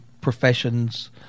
professions